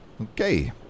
Okay